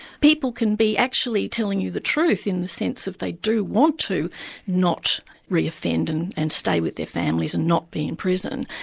people can be actually telling you the truth, in the sense that they do want to not reoffend and and stay with their families and not be in prison,